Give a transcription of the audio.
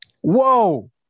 Whoa